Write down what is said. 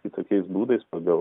kitokiais būdais pagal